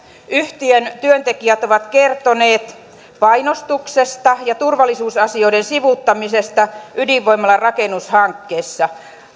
yhtiön työntekijät ovat kertoneet painostuksesta ja turvallisuusasioiden sivuuttamisesta ydinvoimalan rakennushankkeessa